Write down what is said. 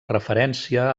referència